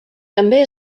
també